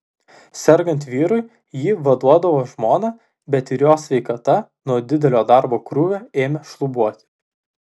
sergant vyrui jį vaduodavo žmona bet ir jos sveikata nuo didelio darbo krūvio ėmė šlubuoti